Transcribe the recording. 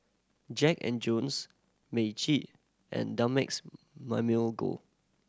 Jack and Jones Meiji and Dumex Mamil Gold